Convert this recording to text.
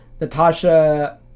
Natasha